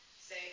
say